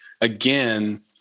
again